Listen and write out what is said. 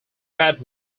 bad